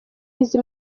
izi